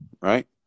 right